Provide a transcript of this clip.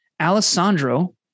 Alessandro